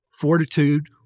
Fortitude